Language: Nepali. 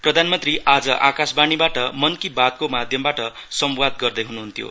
प्रधानमन्त्री आज आकाशवाणीबाट मन की बातको माध्यमनबाट संवाद गर्दै हुनुहुन्थ्यो